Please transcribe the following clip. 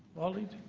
waleed.